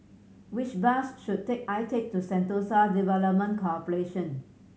which bus should take I take to Sentosa Development Corporation